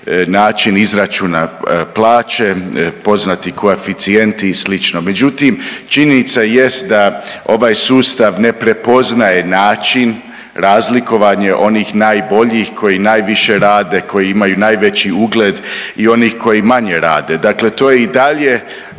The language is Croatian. način izračuna plaće, poznati koeficijenti i slično, međutim činjenica jest da ovaj sustav ne prepoznaje način, razlikovanje onih najboljih koji najviše rade, koji imaju najveći ugled i oni koji manje rade, dakle to je i dalje